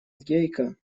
гейка